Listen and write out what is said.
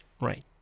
Right